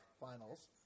finals